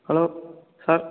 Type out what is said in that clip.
hello sir